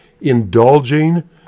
indulging